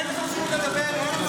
אין פה זכות לדבר,